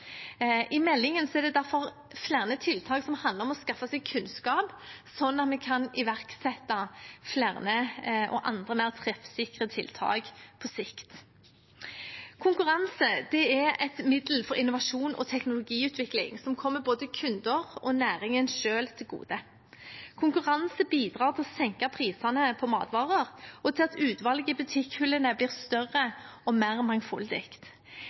I meldingen er det derfor flere tiltak som handler om å skaffe seg kunnskap, sånn at vi kan iverksette flere og andre mer treffsikre tiltak på sikt. Konkurranse er et middel for innovasjon og teknologiutvikling som kommer både kunder og næringen selv til gode. Konkurranse bidrar til å senke prisene på matvarer, og til at utvalget i butikkhyllene blir større og mer mangfoldig.